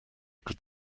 could